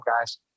guys